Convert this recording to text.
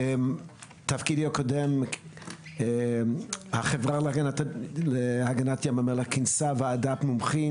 בתפקידי הקודם החברה להגנת ים המלח כינסה ועדת מומחים,